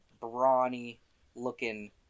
brawny-looking